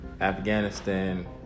Afghanistan